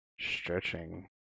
stretching